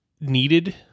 needed